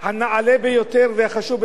הנעלה ביותר והחשוב ביותר,